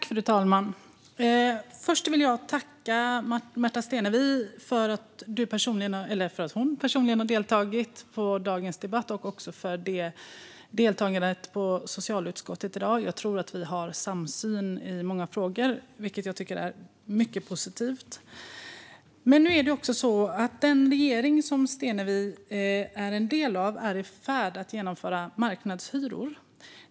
Fru talman! Först vill jag tacka Märta Stenevi för att hon personligen har deltagit i dagens debatt och för hennes deltagande i socialutskottets möte i dag. Jag tror att vi har en samsyn i många frågor, vilket jag tycker är mycket positivt. Den regering som Stenevi är en del av är i färd med att genomföra marknadshyror.